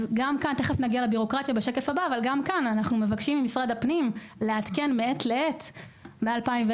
גם כאן אנחנו מבקשים ממשרד הפנים לעדכן מעת לעת נוהל